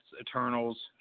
Eternals